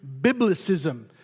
Biblicism